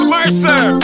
Mercer